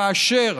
כאשר